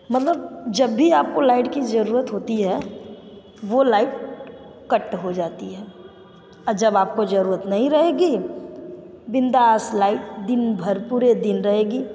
मतलब जब भी आपको लाइट की ज़रूरत होती है वो लाइट कट हो जाती है और जब आपको ज़रूरत नहीं रहेगी बिन्दास लाइट दिन भर पूरे दिन रहेगी